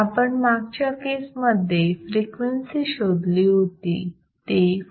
आपण मागच्या केस मध्ये फ्रिक्वेन्सी शोधली होती ती 4